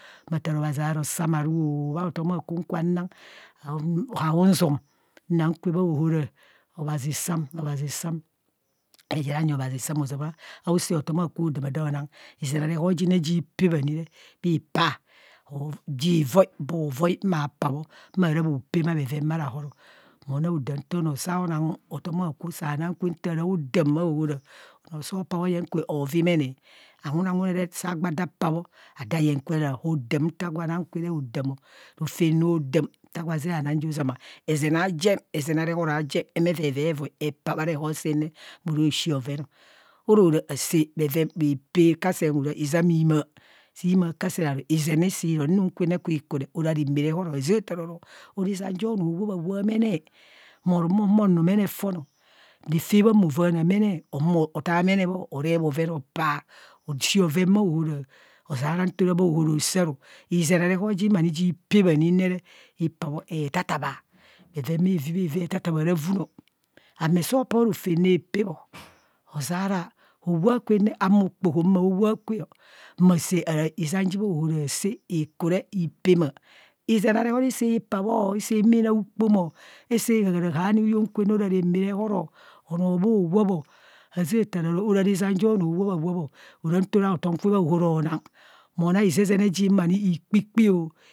Gba taa obhazi aro samaru ọ bha hotom aakwum kwa nang haauzum. Nang kwe bhaohora obhazi sam, obhazi sam. Egbee je re anyi obhazi sam ọ ozana anag hotom akwo hodamadamọ onang izen a reho jin ne ji be ani re bhipaa ji voi bee o voi maa pa bho maa ra bho pema bheven bha rahoro. Manang dam nto anọọ sao nang hotom aakwo saa nang kwe nta ara dam bhaahora enoo sọọ pa bho oyeng kwe, ọọrimene, awune wune re saa gba da paa bho ada yeng kwe ra nta gwe nang kwe re hodam ọ rofem rodam nta gwo zeng anang ji re ozama ezen aajen, ezen areho ra jen eme vevevoi epa bha reho sanne moro shi bhoven, orora asaa bhwen bhapee kasen hora izem imaa, si imaa kasen aru izem isi ro nang kwene kwi kure ora rạạ ma rehoro, hoza otaroro ora izam ja onọọ o wap awap mene, moro mohumo onuu mene fon nfe bho movanaa mene, ohumo ataa mene bho orep bhoven apaa, oshi bhoven bha ohora ozeara nto ra bhaahara hosaa ru, izen a reho jim ani re jii pe ani re, ipabho e thata baa bheven bhevi bhevi ethatabaa rovunọ, ame soo pa rofem nepebho ozeara howap kwanne ahumo okpoho maa wap kwe ma saa izem je bhaohara asaa ikure ipema izen are he isi paa bho, isi humo inang ukpomo, asaa hahare hune huyeng kwenne ora rama rehorọ onoo bho wap ọ haza athararo ora izam jo onọọ owap a wap ọ ora nto ra hotom kwe bhahara honang monang izezene jim ani ikikpiọ.